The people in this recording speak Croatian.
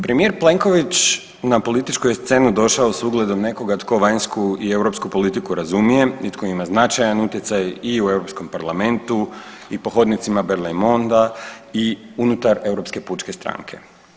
Premijer Plenković na političku je scenu došao s ugledom nekoga tko vanjsku i europsku politiku razumije i tko ima značajan utjecaj i u Europskom parlamentu i po hodnicima … [[Govornik se ne razumije]] i unutar Europske pučke stranke.